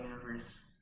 Universe